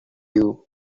you